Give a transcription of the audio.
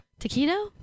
taquito